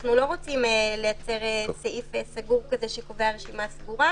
אנחנו לא רוצים לייצר סעיף סגור שקובע רשימה סגורה,